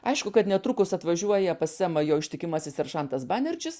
aišku kad netrukus atvažiuoja pas semą jo ištikimasis seržantas banerdžis